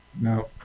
No